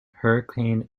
hurricane